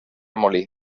molí